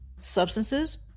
substances